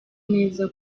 neza